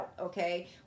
okay